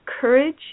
courage